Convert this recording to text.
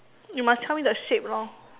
you must tell me the shape lor